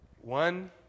One